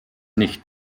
nicht